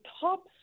top